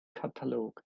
katalog